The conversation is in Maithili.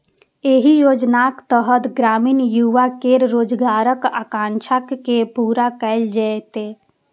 एहि योजनाक तहत ग्रामीण युवा केर रोजगारक आकांक्षा के पूरा कैल जेतै